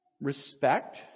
respect